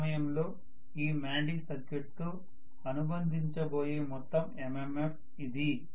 ఆ సమయంలో ఈ మాగ్నెటిక్ సర్క్యూట్తో అనుబంధించబోయే మొత్తం MMF ఇది